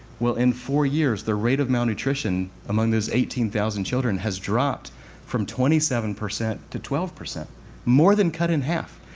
well, in four years, the rate of malnutrition among those eighteen thousand children has dropped from twenty seven percent to twelve more more than cut in half.